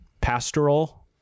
pastoral